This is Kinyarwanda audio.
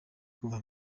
kuva